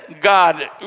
God